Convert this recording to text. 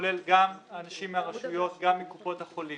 שכולל גם אנשים מהרשויות, גם מקופות החולים.